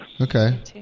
Okay